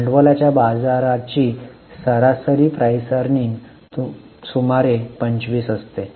भांडवलाच्या बाजाराची सरासरी पीई सुमारे 25 असते